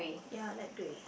ya light grey